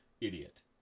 idiot